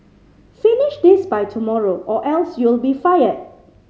finish this by tomorrow or else you'll be fired